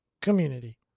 community